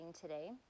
Today